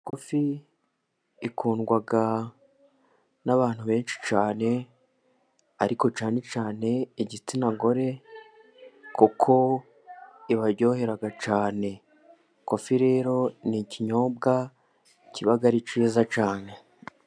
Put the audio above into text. Kofi ikundwa n'abantu benshi cyane, ariko cyane cyane igitsina gore, kuko ibaryohera cyane. Kofi rero ni ikinyobwa kiba ari cyiza cyane.